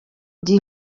gihe